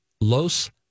Los